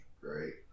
Great